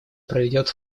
проведет